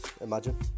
imagine